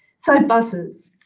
so buses,